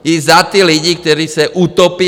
I za ty lidi, kteří se utopí.